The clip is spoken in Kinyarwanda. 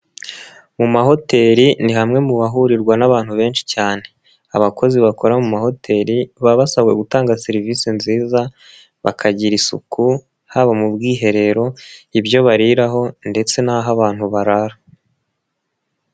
Mu mahoteli ni hamwe mu bahurirwa n'abantu benshi cyane, abakozi bakora mu mahoteli baba basabwe gutanga serivisi nziza, bakagira isuku haba mu bwiherero, ibyo bariraho ndetse n'aho abantu barara.